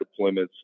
deployments